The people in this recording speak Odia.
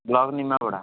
ବ୍ଲକ୍ ନିମାପଡ଼ା